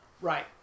Right